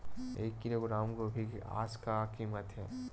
एक किलोग्राम गोभी के आज का कीमत हे?